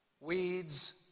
weeds